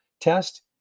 test